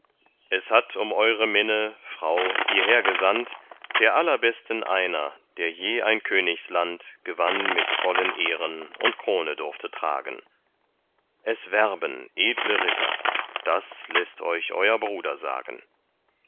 es hat um eure minne frau hierher gesandt der allerbesten einer der je ein königsland gewann mit vollen ehren und krone durfte tragen es werben edle ritter das läßt euch euer bruder sagen